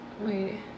Wait